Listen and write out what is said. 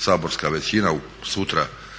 saborska većina sutra kada